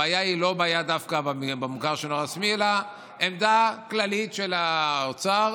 הבעיה היא לאו דווקא במוכר שאינו רשמי אלא עמדה כללית של האוצר,